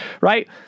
Right